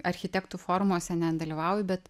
architektų forumuose nedalyvauju bet